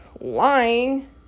Lying